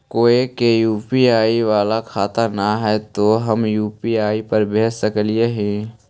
कोय के यु.पी.आई बाला खाता न है तो हम यु.पी.आई पर भेज सक ही?